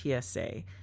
tsa